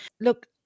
look